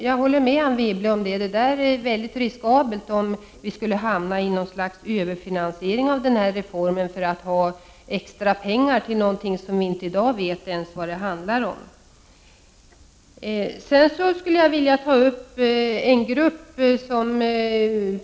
Jag håller med Anne Wibble om att det är väldigt riskabelt, om vi skulle hamna i något slags överfinansiering av reformen för att ha extra pengar till någonting som vi i dag inte ens vet vad det handlar om.